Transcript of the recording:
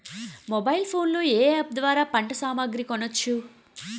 Mobile phone లో ఏ app ద్వారా పంట సామాగ్రి కొనచ్చు?